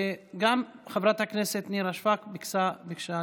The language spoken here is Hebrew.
גם חברת הכנסת נירה שפק ביקשה לדבר.